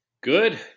Good